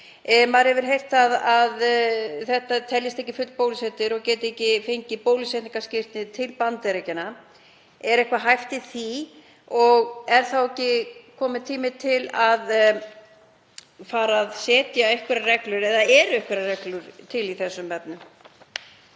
maður hefur heyrt að það teljist ekki full bólusetning og menn geti ekki fengið bólusetningarskírteini til Bandaríkjanna. Er eitthvað hæft í því? Og er þá ekki kominn tími til að fara að setja einhverjar reglur eða eru einhverjar reglur til í þessum efnum?